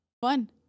Fun